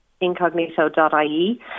incognito.ie